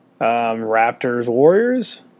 Raptors-Warriors